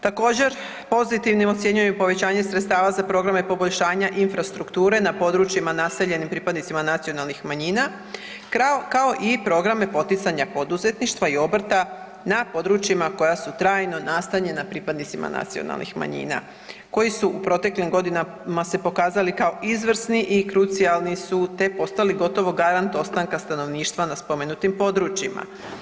Također pozitivnim ocjenjuju i povećanje sredstava za programe poboljšanja infrastrukture na područjima naseljenim pripadnicima nacionalnih manjina kao i programe poticanja poduzetništva i obrta na područjima koja su trajno nastanjena pripadnicima nacionalnih manjina koji su u proteklim godinama se pokazali kao izvrsni i krucijalni, te postali gotovo garant ostanka stanovništva na spomenutim područjima.